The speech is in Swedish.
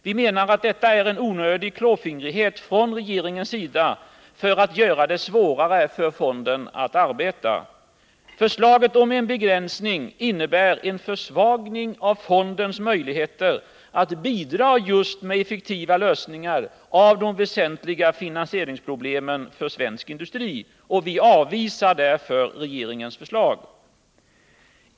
Vi menar att detta är en onödig klåfingrighet från regeringens sida för att göra det svårare för fonden att arbeta. Förslaget om en begränsning innebär en försvagning av fondens möjligheter att bidra med effektiva lösningar av de väsentliga finansieringsproblemen för svensk industri. Vi avvisar därför regeringens förslag.